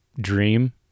dream